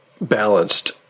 balanced